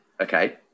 okay